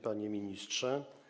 Panie Ministrze!